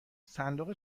صندوق